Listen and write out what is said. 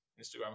instagram